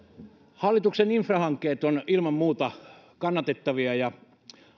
hallituksen infrahankkeet ovat ilman muuta kannatettavia ja